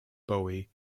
bowie